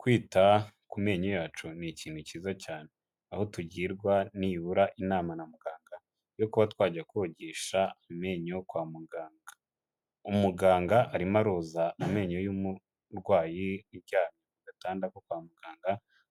Kwita ku menyo yacu ni ikintu kiza cyane aho tugirwa nibura inama na muganga yo kuba twajya kogeshasha amenyo kwa muganga, umuganga arimo aroza amenyo y'umurwayi uryamye Ku gatanda ko kwa muganga